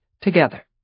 together